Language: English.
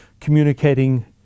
communicating